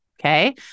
Okay